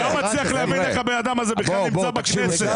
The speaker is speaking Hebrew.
אני לא מצליח להבין איך האדם הזה בכלל נמצא בכנסת.